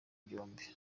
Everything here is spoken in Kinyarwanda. byombi